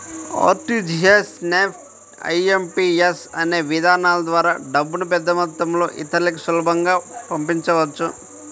RTGS, NEFT, IMPS అనే విధానాల ద్వారా డబ్బుని పెద్దమొత్తంలో ఇతరులకి సులభంగా పంపించవచ్చు